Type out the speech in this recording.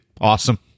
Awesome